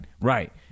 right